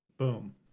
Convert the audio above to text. boom